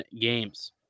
games